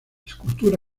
escultura